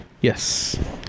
Yes